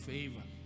Favor